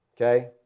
Okay